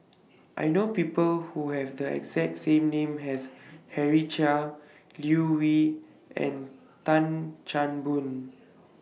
I know People Who Have The exact same name as Henry Chia Liew Wee and Tan Chan Boon